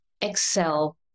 excel